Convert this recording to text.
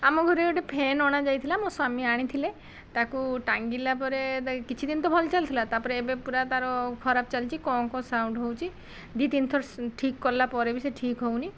ଆମ ଘରେ ଗୋଟେ ଫ୍ୟାନ୍ ଅଣାଯାଇଥିଲା ମୋ ସ୍ୱାମୀ ଆଣିଥିଲେ ତାକୁ ଟାଙ୍ଗିଲା ପରେ କିଛିଦିନ ତ ଭଲ ଚାଲିଥିଲା ତା'ପରେ ଏବେ ପୁରା ତା'ର ଖରାପ ଚାଲିଛି କଁ କଁ ସାଉଣ୍ଡ ହେଉଛି ଦୁଇ ତିନିଥର ଠିକ୍ କଲା ପରେ ବି ସେ ଠିକ୍ ହେଉନି